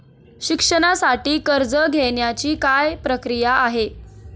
शिक्षणासाठी कर्ज घेण्याची काय प्रक्रिया आहे?